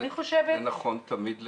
זה נכון תמיד לכולם.